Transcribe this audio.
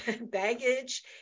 baggage